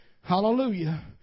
Hallelujah